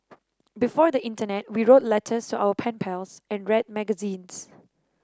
before the internet we wrote letters our pen pals and read magazines